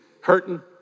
hurting